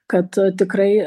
kad tikrai